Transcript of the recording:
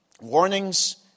warnings